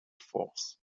force